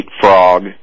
frog